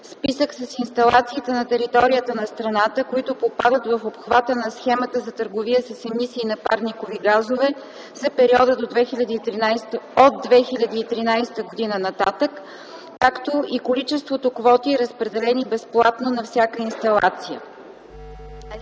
списък с инсталациите на територията на страната, които попадат в обхвата на схемата за търговия с емисии на парникови газове за периода от 2013 г. нататък, както и количеството квоти, разпределени безплатно на всяка инсталация.